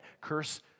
curse